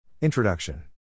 Introduction